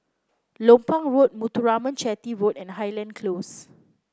Lompang Road Muthuraman Chetty Road and Highland Close